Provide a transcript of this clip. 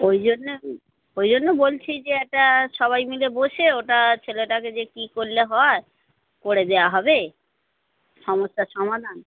ওই জন্যে ও ওই জন্য বলছি যে একটা সবাই মিলে বসে ওটা ছেলেটাকে যে কী করলে হয় করে দেয়া হবে সমস্যার সমাধান